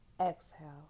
exhale